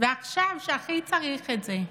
ועכשיו, כשהכי צריך את זה,